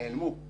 הם נעלמו,